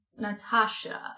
Natasha